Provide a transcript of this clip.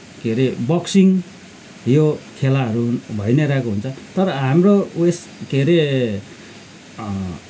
के अरे बक्सिङ यो खेलाहरू भइ नै रहेको हुन्छ तर हाम्रो ऊ यस के अरे